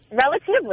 Relatively